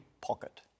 pocket